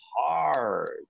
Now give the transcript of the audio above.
hard